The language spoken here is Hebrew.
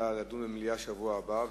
אלא לדון במליאה בשבוע הבא,